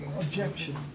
objection